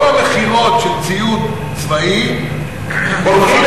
כל המכירות של ציוד צבאי, הולכים